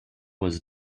was